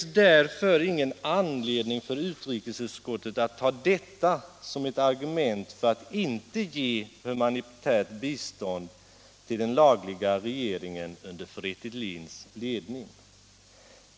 Men det finns ingen anledning för utrikesutskottet att ta detta som argument för att inte ge humanitärt bistånd till den lagliga regeringen under Fretilins ledning.